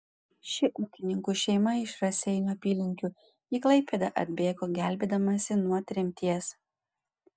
ši ūkininkų šeima iš raseinių apylinkių į klaipėdą atbėgo gelbėdamasi nuo tremties